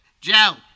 Joe